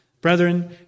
Brethren